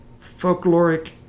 folkloric